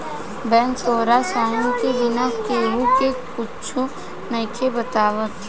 bank तोहार sign के बिना केहु के कुच्छो नइखे बतावत